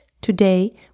Today